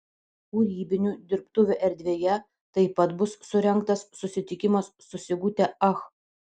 kūrybinių dirbtuvių erdvėje taip pat bus surengtas susitikimas su sigute ach